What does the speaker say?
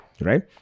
right